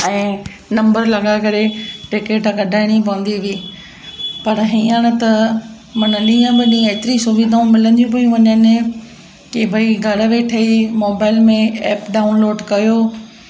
ऐं नंबर लॻाए करे टिकट कढाइणी पवंदी हुई पर हीअंर त माना ॾींहुं में ॾींहुं एतिरी सुविधाऊं मिलंदियूं पई वञनि की भई घरु वेठे ई मोबाइल में ऐप डाउनलोड कयो